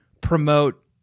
promote